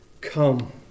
Come